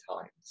times